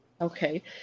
okay